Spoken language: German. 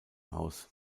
aus